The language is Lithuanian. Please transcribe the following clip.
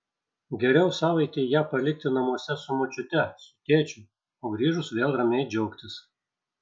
geriau savaitei ją palikti namuose su močiute su tėčiu o grįžus vėl ramiai džiaugtis